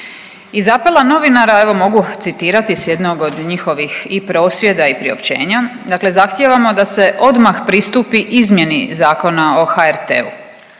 Iz apela novinara evo mogu citirati s jednog od njihovim i prosvjeda i priopćenja. Dakle, zahtijevamo da se odmah pristupi izmjeni Zakona o HRT-u.